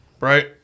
right